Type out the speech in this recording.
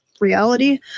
reality